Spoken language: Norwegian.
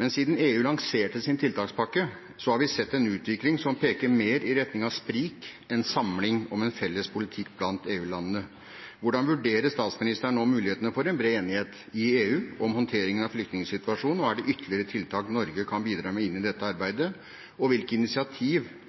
Men siden EU lanserte sin tiltakspakke, har vi sett en utvikling som peker mer i retning av sprik enn samling om en felles politikk blant EU-landene. Hvordan vurderer statsministeren nå mulighetene for en bred enighet i EU om håndteringen av flyktningsituasjonen, og er det ytterligere tiltak Norge kan bidra med inn i dette arbeidet, og hvilke initiativ